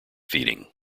feeding